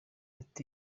ati